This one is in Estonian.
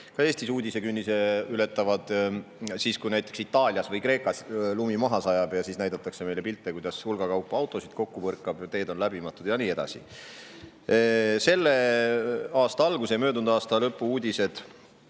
ka Eestis uudisekünnise ületavad: siis, kui näiteks Itaalias või Kreekas lumi maha sajab, näidatakse meile pilte, kuidas hulgakaupa autosid kokku põrkab, teed on läbimatud ja nii edasi. Selle aasta alguse ja möödunud aasta lõpu uudised